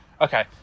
Okay